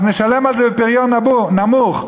אז נשלם על זה בפריון נמוך.